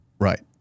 Right